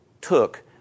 took